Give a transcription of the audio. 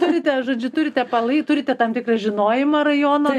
turite žodžiu turite palai turite tam tikrą žinojimą rajono